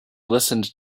listened